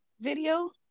video